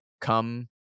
come